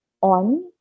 on